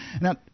Now